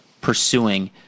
pursuing